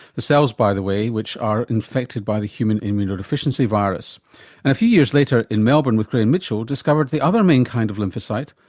the cells by the way which are infected by the human immunodeficiency virus. and a few years later in melbourne with graham mitchell discovered the other main kind of lymphocyte,